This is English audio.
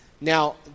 Now